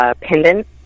pendant